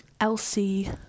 Elsie